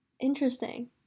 interesting